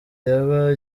yaba